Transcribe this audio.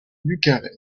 bucarest